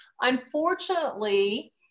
Unfortunately